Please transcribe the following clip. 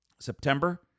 September